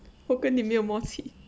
我跟你没有默契